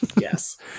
Yes